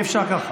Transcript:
אי-אפשר ככה.